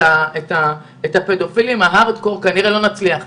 את הפדופילים ההארדקור כנראה לא נצליח לעצור,